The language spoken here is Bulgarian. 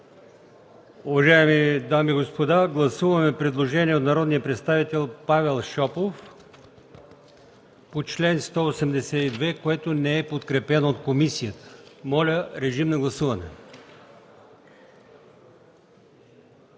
Уважаеми дами и господа, гласуваме предложението на народния представител Павел Шопов по чл. 182, което не е подкрепено от комисията. Моля, гласувайте.